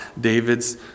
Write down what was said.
David's